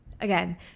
Again